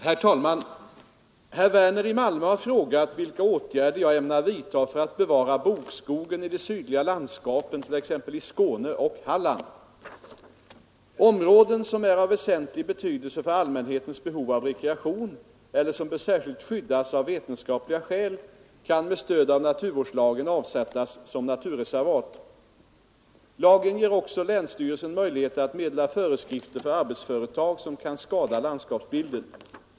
Herr talman! Herr Werner i Malmö har frågat, vilka åtgärder jag ämnar vidta för att bevara bokskogen i de sydliga landskapen, t.ex. i Skåne och Halland. Områden som är av väsentlig betydelse för allmänhetens behov av rekreation eller som bör särskilt skyddas av vetenskapliga skäl kan med stöd av naturvårdslagen avsättas som naturreservat. Lagen ger också länsstyrelsen möjlighet att meddela föreskrifter för arbetsföretag som kan skada landskapsbilden.